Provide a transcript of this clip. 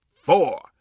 four